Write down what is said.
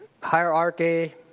hierarchy